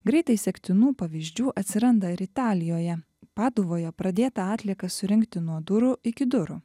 greitai sektinų pavyzdžių atsiranda ir italijoje paduvoje pradėta atliekas surinkti nuo durų iki durų